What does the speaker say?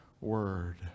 word